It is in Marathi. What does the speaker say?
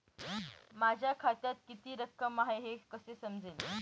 माझ्या खात्यात किती रक्कम आहे हे कसे समजेल?